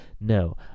No